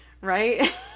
right